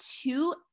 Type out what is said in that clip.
two